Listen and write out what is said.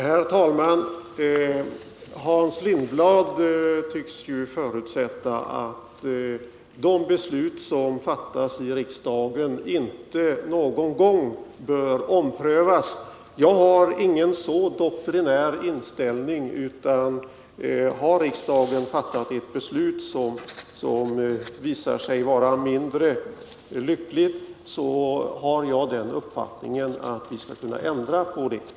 Herr talman! Hans Lindblad tycks förutsätta att de beslut som fattas i riksdagen inte någon gång bör omprövas. Jag har inte en så doktrinär inställning, utan jag har den uppfattningen att om riksdagen fattat ett beslut, som visar sig vara mindre lyckligt, så skall vi kunna ändra på det beslutet.